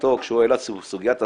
מבחינתו כשהוא העלה את סוגיית הסנקציה,